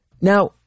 Now